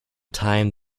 time